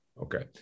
Okay